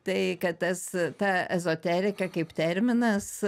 tai kad tas ta ezoterika kaip terminas